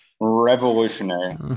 revolutionary